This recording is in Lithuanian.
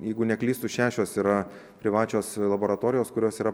jeigu neklystu šešios yra privačios laboratorijos kurios yra